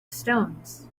stones